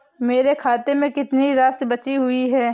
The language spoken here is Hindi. मेरे खाते में कितनी राशि बची हुई है?